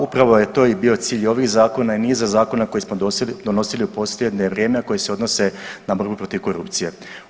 Upravo je to i bio cilj ovih zakona i niza zakona koje smo donosili u posljednje vrijeme, a koji se odnose na borbu protiv korupcije.